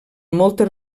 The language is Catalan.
moltes